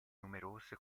numerose